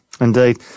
Indeed